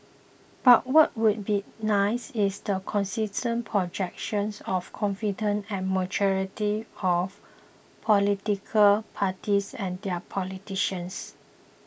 but what would be nice is the consistent projection of confidence and maturity of political parties and their politicians